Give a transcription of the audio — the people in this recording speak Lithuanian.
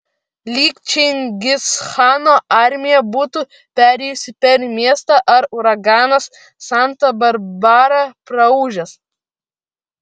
lyg čingischano armija būtų perėjusi per miestą ar uraganas santa barbara praūžęs